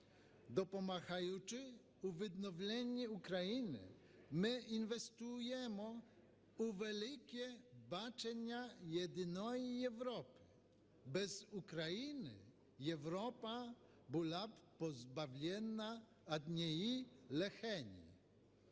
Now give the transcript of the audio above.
Допомагаючи у відновленні України, ми інвестуємо у велике бачення єдиної Європи. Без України Європа була б позбавлена однієї легені.